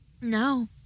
No